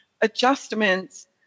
adjustments